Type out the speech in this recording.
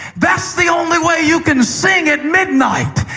that's the only way you can sing at midnight.